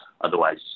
otherwise